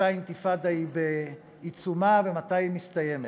מתי אינתיפאדה היא בעיצומה ומתי היא מסתיימת.